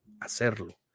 hacerlo